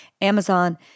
Amazon